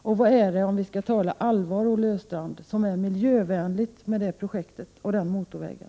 Och vad är det — om vi nu skall vara allvarliga, Olle Östrand — som är miljövänligt när det gäller det projektet och den motorvägen?